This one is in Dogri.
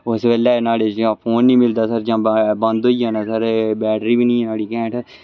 उस बैल्ले न्हाड़े चा फोन निं मिलदा सर जां बोद होई जाना सर एह् बैटरी बी निं ऐ न्हाड़ी घैंट